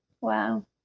Wow